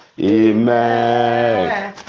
Amen